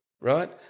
right